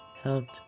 helped